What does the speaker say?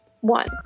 one